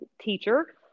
teacher